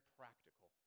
practical